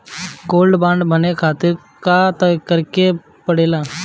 Gold bond भरे खातिर का करेके पड़ेला?